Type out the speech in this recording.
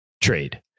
trade